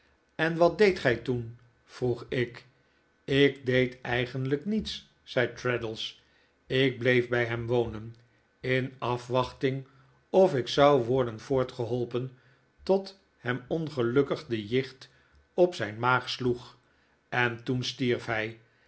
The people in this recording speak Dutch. en wat deedt gij toen vroeg ik ik deed eigenlijk niets zei traddles ik bleef bij hem wonen in afwachting of ik zou worden voortgeholpen tot hem ongelukkig de jicht op zijn maag sloeg en toen stierf hij